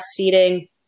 breastfeeding